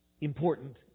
important